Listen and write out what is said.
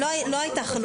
לא הייתה חלוקה.